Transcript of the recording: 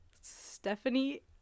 Stephanie